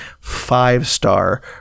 Five-star